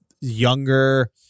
younger